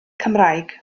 cymraeg